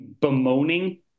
bemoaning